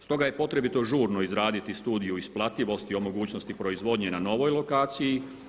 Stoga je potrebito žurno izraditi studiju isplativosti o mogućnosti proizvodnje na novoj lokaciji.